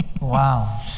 Wow